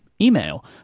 email